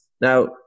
Now